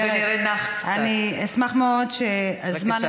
כן, ברוח המונדיאל.